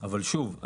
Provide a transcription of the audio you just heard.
שוב,